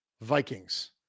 Vikings